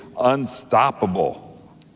unstoppable